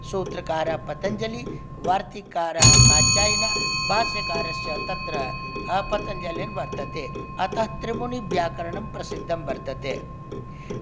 सूत्रकारः पतञ्जलिः वार्तिकारः कात्यायनः भाष्यकारस्य तत्र पतञ्जलिर्वर्तते अतः त्रिमुनिव्याकरणं प्रसिद्धं वर्तते